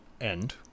end